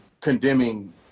condemning